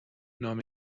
نام